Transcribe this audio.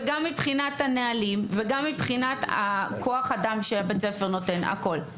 וגם מבחינת הנהלים וגם מבחינת הכוח אדם שבית הספר נותן הכל.